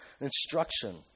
instruction